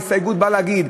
ההסתייגות באה להגיד: